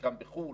חלקם בחו"ל